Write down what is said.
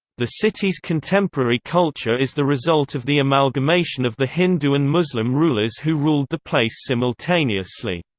the city's contemporary culture is the result of the amalgamation of the hindu and muslim rulers who ruled the place simultaneously.